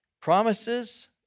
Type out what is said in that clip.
Promises